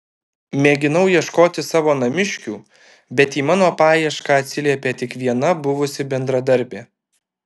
mėginau ieškoti savo namiškių bet į mano paiešką atsiliepė tik viena buvusi bendradarbė